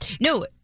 no